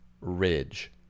Ridge